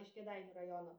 iš kėdainių rajono